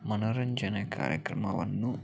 ಮನೋರಂಜನೆ ಕಾರ್ಯಕ್ರಮವನ್ನು